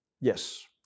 Yes